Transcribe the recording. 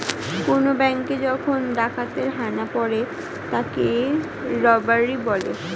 কোন ব্যাঙ্কে যখন ডাকাতের হানা পড়ে তাকে রবারি বলে